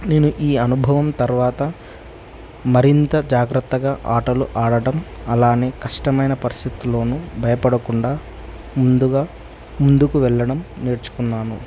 నేను ఈ అనుభవం తర్వాత మరింత జాగ్రత్తగా ఆటలు ఆడటం అలానే కష్టమైన పరిస్థితులోనూ భయపడకుండా ముందుగా ముందుకు వెళ్ళడం నేర్చుకున్నాను